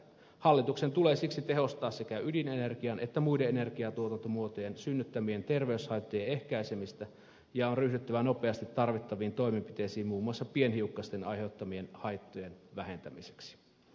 hallituksen tulee siksi tehostaa sekä ydinenergian että muiden energiantuotantomuotojen synnyttämien terveyshaittojen ehkäisemistä ja on ryhdyttävä nopeasti tarvittaviin toimenpiteisiin muun muassa pienhiukkasten aiheuttamien haittojen vähentämiseksi